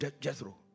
Jethro